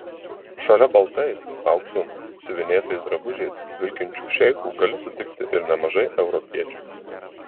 šalia baltais auksu siuvinėtais drabužiais vilkinčių šeichų gali sutikti ir nemažai europiečių